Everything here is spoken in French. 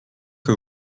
que